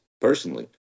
personally